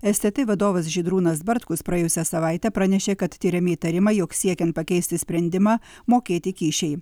s t t vadovas žydrūnas bartkus praėjusią savaitę pranešė kad tiriami įtarimai jog siekiant pakeisti sprendimą mokėti kyšiai